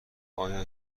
آیا